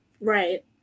Right